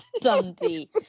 Dundee